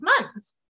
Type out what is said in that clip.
months